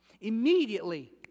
Immediately